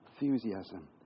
enthusiasm